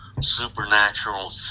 supernatural